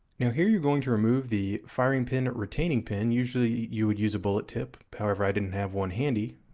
now here you're going to remove the firing pin, retaining pin, usually you would use a bullet tip, however i didn't have one handy,